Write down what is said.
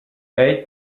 ate